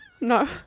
no